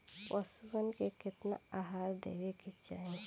पशुअन के केतना आहार देवे के चाही?